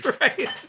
Right